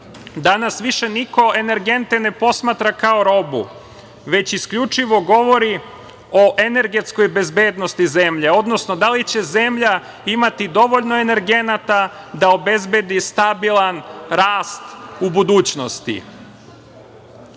više niko energente ne posmatra kao robu, već isključivo govori o energetskoj bezbednosti zemlje, odnosno da li će zemlja imati dovoljno energenata da obezbedi stabilan rast u budućnosti. Srbija